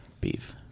Beef